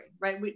right